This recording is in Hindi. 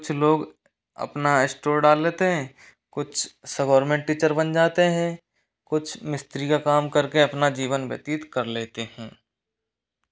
कुछ लोग अपना स्टोर डाल लेते हैं कुछ सव गोवर्मेंट टीचर बन जाते है कुछ मिस्त्री का काम करके अपना जीवन व्यतीत कर लेते हैं